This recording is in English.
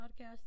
podcast